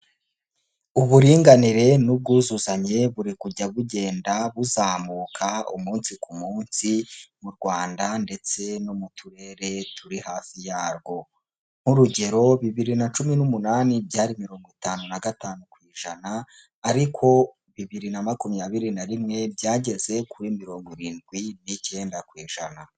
Uburinganire n'ubwuzuzanye buri kujya bugenda buzamuka umunsi ku munsi mu Rwanda ndetse no mu turere turi hafi yarwo, nk'urugero bibiri na cumi n'umunani byari mirongo itanu na gatanu ku ijana ariko bibiri na makumyabiri na rimwe byageze kuri mirongo irindwi n'icyenda ku ijana.